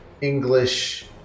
english